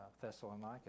Thessalonica